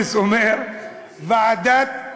אומר: ועדת,